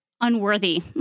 unworthy